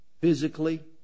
physically